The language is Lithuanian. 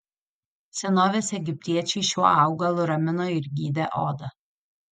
senovės egiptiečiai šiuo augalu ramino ir gydė odą